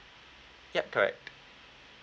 yup correct